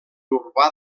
urbà